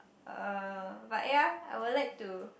uh but ya I would like to